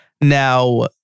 Now